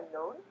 alone